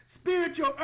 spiritual